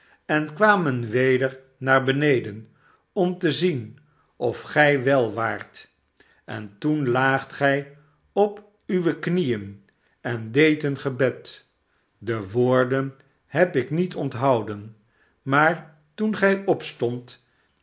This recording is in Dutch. en kwamen weder naar beneden om te zien of gij wel waart en toen laagt gij op uwe knieen en deedt een gebed de woorden heb ik niet onthouden maar toen gij opstondt